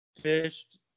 fished